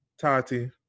Tati